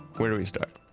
where do we start?